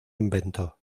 invento